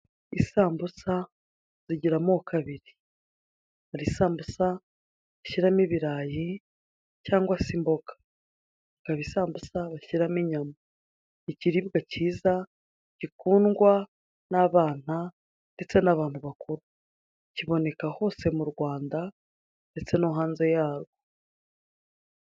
Isambusa zigira amoko abiri, hari isambusa bashyiramo ibirayi cyangwa se imboga. Hakaba n'isambusa bashyiramo inyama. Ikiribwa kiza gikundwa n'abana ndetse n'abantu bakuru. Kiboneka hose mu Rwanda ndetse no hanze yarwo.